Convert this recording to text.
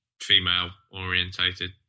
female-orientated